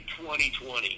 2020